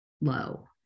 low